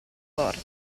porta